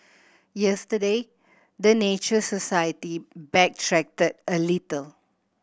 yesterday the Nature Society backtracked a little